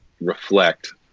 reflect